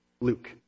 Luke